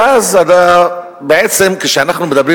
ואז בעצם כשאנחנו מדברים,